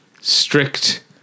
strict